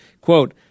quote